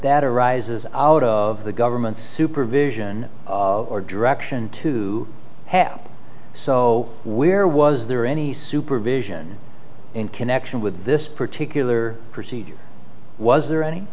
that arises out of the government supervision or direction to happen so where was there any supervision in connection with this particular procedure was there any